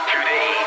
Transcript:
Today